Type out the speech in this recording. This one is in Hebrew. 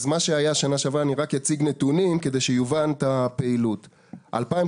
אני אציג נתונים כדי שהפעילות תובן,